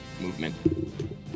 movement